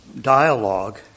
dialogue